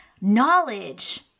knowledge